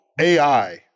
AI